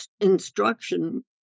instruction